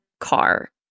car